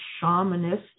shamanistic